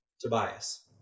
Tobias